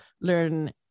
learn